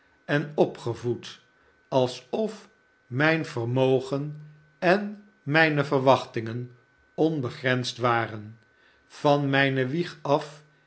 en opgevoed alsof mijn vermogen en mijne verwachtingen onbegrensd waren van mijne wieg af